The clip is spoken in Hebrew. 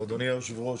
אדוני היושב-ראש,